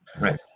right